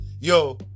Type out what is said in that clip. yo